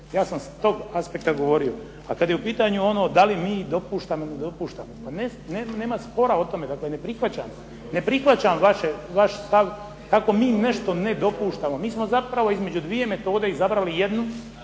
ja sam s tog aspekta govorio. A kad je u pitanju ono, da li mi dopuštamo ili ne dopuštamo? Pa nema spora o tome dakle ne prihvaćam. Ne prihvaćam vaš stav kako mi nešto ne dopuštamo. Mi smo zapravo između 2 metode izabrali jednu